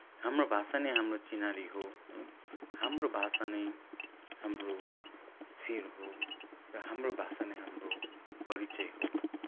हाम्रो भाषा नै हाम्रो चिनारी हो है हाम्रो भाषा नै हाम्रो सिर हो र हाम्रो भाषा नै हाम्रो परिचय हो